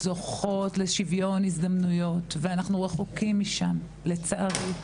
זוכות לשוויון הזדמנויות ואנחנו רחוקים משם לצערי.